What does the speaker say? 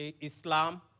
Islam